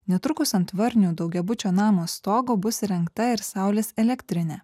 netrukus ant varnių daugiabučio namo stogo bus įrengta ir saulės elektrinę